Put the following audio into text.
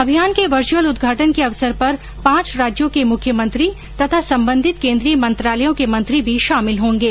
अभियान के वर्चुअल उद्घाटन के अवसर पर पांच राज्यों के मुख्यमंत्री तथा संबंधित के द्वी य मंत्रालयों के मंत्री भी शामिल होंगे